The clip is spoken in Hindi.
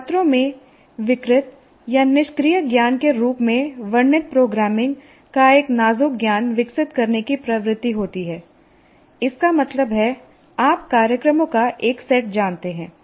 छात्रों में विकृत या निष्क्रिय ज्ञान के रूप में वर्णित प्रोग्रामिंग का एक नाजुक ज्ञान विकसित करने की प्रवृत्ति होती है इसका मतलब है आप कार्यक्रमों का एक सेट जानते हैं